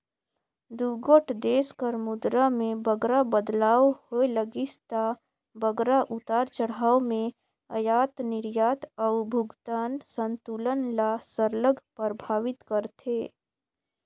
दुगोट देस कर मुद्रा में बगरा बदलाव होए लगिस ता बगरा उतार चढ़ाव में अयात निरयात अउ भुगतान संतुलन ल सरलग परभावित करथे